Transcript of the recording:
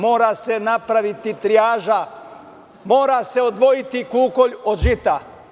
Mora se napraviti trijaža, mora se odvojiti kukolj od žita.